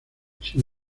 sin